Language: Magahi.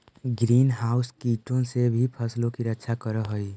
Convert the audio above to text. ग्रीन हाउस कीटों से भी फसलों की रक्षा करअ हई